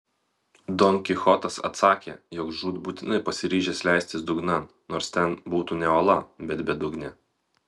don kichotas atsakė jog žūtbūtinai pasiryžęs leistis dugnan nors ten būtų ne ola bet bedugnė